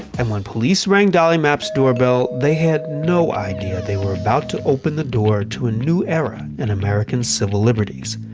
and when the police rang dolly mapp's doorbell they had no idea they were about to open the door to a new era in american civil liberties.